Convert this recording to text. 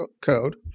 code